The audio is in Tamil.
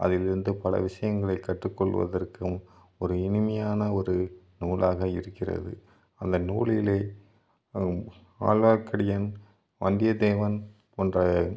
அதிலிருந்து பல விஷயங்களை கற்றுக்கொள்வதற்கும் ஒரு இனிமையான ஒரு நூலாக இருக்கிறது அந்த நூலில் ஆழ்வார்க்கடியன் வந்தியத்தேவன் போன்ற